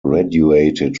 graduated